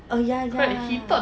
um ya ya